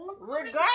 Regardless